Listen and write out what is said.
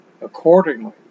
accordingly